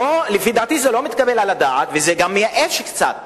לפי דעתי זה לא מתקבל על הדעת וזה גם מייאש קצת